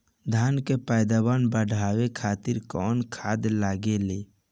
धान के पैदावार बढ़ावे खातिर कौन खाद लागेला?